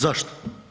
Zašto?